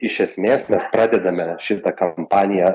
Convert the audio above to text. iš esmės mes pradedame šitą kampaniją